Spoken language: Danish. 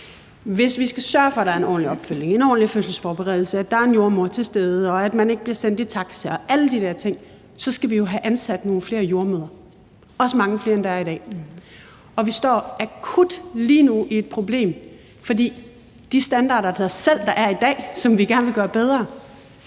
Hvis vi skal sørge for, at der er en ordentlig opfølgning, en ordentlig fødselsforberedelse, at der er en jordemoder til stede, og at man ikke bliver sendt i taxa, og alle de der ting, så skal vi jo have ansat nogle flere jordemødre – også mange flere, end der er i dag. Og vi står akut lige nu med et problem, for selv de standarder, der er i dag, og som vi gerne vil gøre bedre,